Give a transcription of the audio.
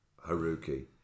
Haruki